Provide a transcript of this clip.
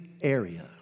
area